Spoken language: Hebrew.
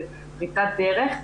במינוי הדירקטוריונים,